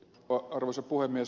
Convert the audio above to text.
arvoisa puhemies